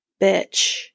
Bitch